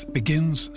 begins